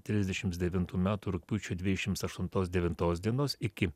trisdešimts devintų metų rugpjūčio dvidešimts aštuntos devintos dienos iki